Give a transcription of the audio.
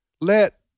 let